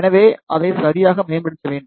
எனவே அதை சரியாக மேம்படுத்த வேண்டும்